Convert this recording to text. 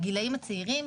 בגילאים הצעירים,